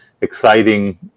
exciting